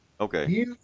okay